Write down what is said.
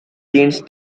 since